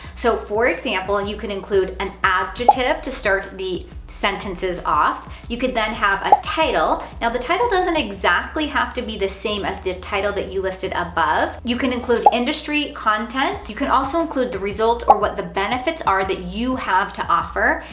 so for example, and you could include an adjective to start the sentences off. you could then have a title, now the title doesn't exactly have to be the same as the title that you listed above, you can include industry content, you could also include the result, or what the benefits are that you have to offer.